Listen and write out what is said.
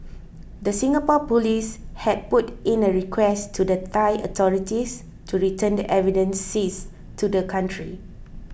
the Singapore police had put in a request to the Thai authorities to return the evidence seized to the country